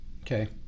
Okay